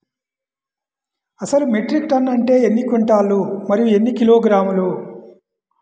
అసలు metric ton అంటే ఎన్ని క్వింటాలు మరియు ఎన్ని కిలోగ్రాములు?